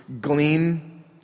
glean